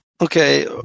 Okay